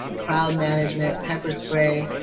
crowd management, pepper spray,